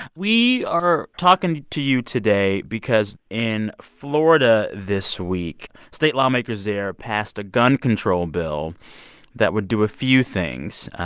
we are talking to you today because in florida this week, state lawmakers there passed a gun control bill that would do a few things.